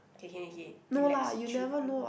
K K K relax chill I will